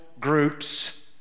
groups